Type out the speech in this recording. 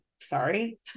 sorry